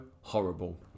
Horrible